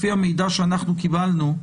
לפי המידע שאנחנו קיבלנו,